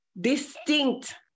distinct